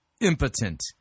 impotent